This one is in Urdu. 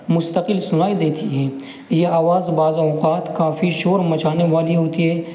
مستقل سنائی دیتی ہے یہ آواز بعض اوقات کافی شور مچانے والی ہوتی ہے